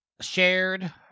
shared